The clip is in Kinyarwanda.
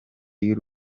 y’u